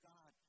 God